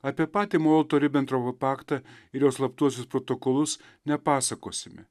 apie patį molotovo ribentropo paktą ir jo slaptuosius protokolus nepasakosime